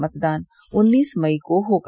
मतदान उन्नीस मई को होगा